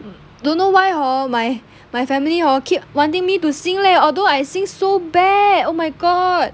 don't know why hor my my family hor keep wanting me to sing leh although I sing so bad leh oh my god